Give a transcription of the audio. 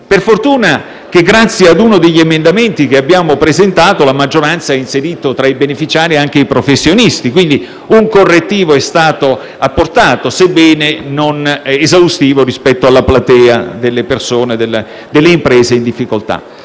Fortunatamente, grazie ad uno degli emendamenti che abbiamo presentato, la maggioranza ha inserito tra i beneficiari anche i professionisti, quindi un correttivo è stato apportato, sebbene non esaustivo rispetto alla platea delle persone e delle imprese in difficoltà.